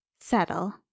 settle